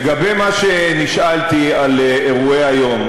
לגבי מה שנשאלתי על אירועי היום,